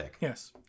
Yes